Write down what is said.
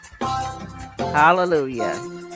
hallelujah